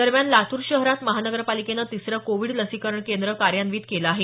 दरम्यान लातूर शहरात महानगरपालिकेनं तिसरं कोविड लसीकरण केंद्र कार्यान्वित केलं आहे